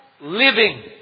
living